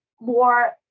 more